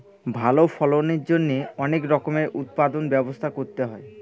ভালো ফলনের জন্যে অনেক রকমের উৎপাদনর ব্যবস্থা করতে হয়